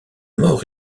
mort